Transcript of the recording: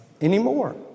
anymore